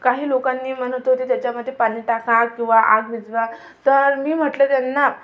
काही लोकांनी म्हणत होते त्याच्यामध्ये पाणी टाका किंवा आग विझवा तर मी म्हटलं त्यांना